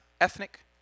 ethnic